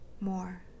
more